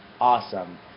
awesome